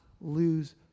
lose